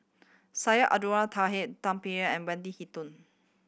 Syed Abdulrahman Taha Tay Bin An and Wendy Hutton